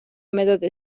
مداد